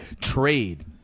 trade